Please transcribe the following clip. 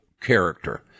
character